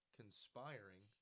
conspiring